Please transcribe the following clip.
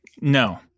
no